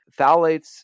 phthalates